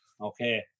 Okay